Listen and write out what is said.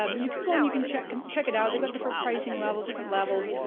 um you can go and you can check um check it out, they've got different pricing levels, different levels.